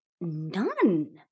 none